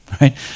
right